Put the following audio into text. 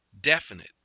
Definite